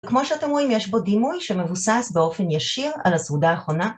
כמו שאתם רואים יש בו דימוי שמבוסס באופן ישיר על הסעודה האחרונה